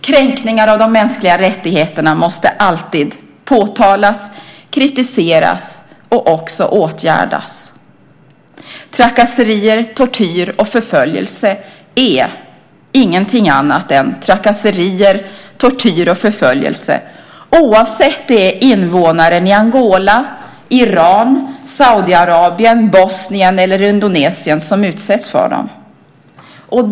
Kränkningar av de mänskliga rättigheterna måste alltid påtalas, kritiseras och också åtgärdas. Trakasserier, tortyr och förföljelse är ingenting annat än trakasserier, tortyr och förföljelse, oavsett om det är invånare i Angola, Iran, Saudiarabien, Bosnien eller Indonesien som utsätts för det.